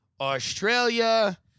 Australia